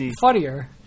funnier